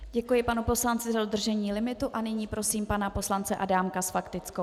Děkuji panu poslanci za dodržení limitu a nyní prosím pana poslance Adámka s faktickou.